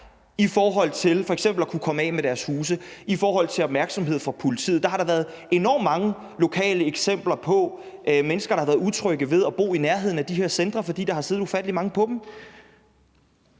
i forhold til at kunne komme af med deres huse og i forhold til opmærksomhed fra politiet. Der har da været enormt mange lokale eksempler på mennesker, der har været utrygge ved at bo i nærheden af de her centre, fordi der har siddet ufattelig mange på dem.